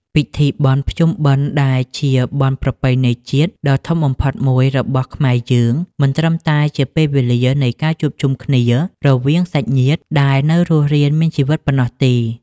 ពិធីបុណ្យភ្ជុំបិណ្ឌដែលជាបុណ្យប្រពៃណីជាតិដ៏ធំបំផុតមួយរបស់ខ្មែរយើង មិនត្រឹមតែជាពេលវេលានៃការជួបជុំគ្នារវាងសាច់ញាតិដែលនៅរស់រានមានជីវិតប៉ុណ្ណោះទេ។